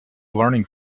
learning